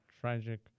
tragic